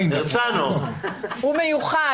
הוא מיוחד.